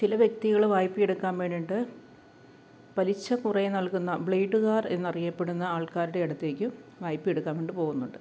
ചില വ്യക്തികൾ വായ്പ എടുക്കാൻ വേണ്ടിയിട്ട് പലിശ കുറേ നൽകുന്ന ബ്ലേഡ്കാർ എന്നറിയപ്പെടുന്ന ആൾക്കാരുടെ അടുത്തേക്ക് വായ്പ എടുക്കാൻ വേണ്ടി പോകുന്നുണ്ട്